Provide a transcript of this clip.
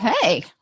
hey